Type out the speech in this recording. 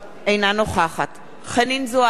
אינה נוכחת חנין זועבי,